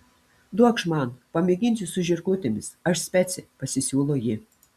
duokš man pamėginsiu su žirklutėmis aš specė pasisiūlo ji